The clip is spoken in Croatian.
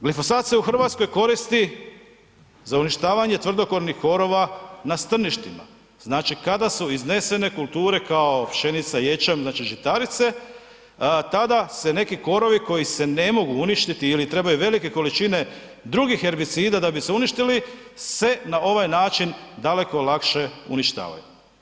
Glifosat se u Hrvatskoj koristi za uništavanje tvrdokornih korova na strništima, znači kada su iznesene kulture kao pšenica, ječam, znači žitarice tada se neki korovi koji se ne mogu uništiti ili trebaju velike količine drugih herbicida da bi se uništili se na ovaj način daleko lakše uništavaju.